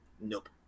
nope